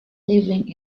living